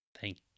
Thank